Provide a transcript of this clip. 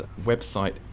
website